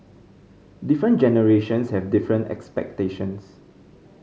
different generations have different expectations